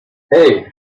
hey